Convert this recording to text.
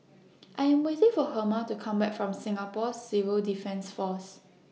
I Am waiting For Herma to Come Back from Singapore Civil Defence Force